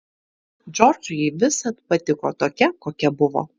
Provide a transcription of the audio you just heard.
džordžui ji visad patiko tokia kokia buvo